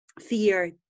fear